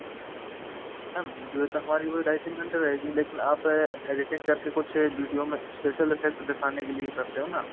हाँ वीडियो तो हमारी वही ढ़ाई तीन घंटे रहेगी लेकिन आप एडिटिंग करके कुछ वीडियो में स्पेशल इफ़्फ़ेक्ट्स दिखाने के लिए करते हो ना